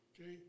Okay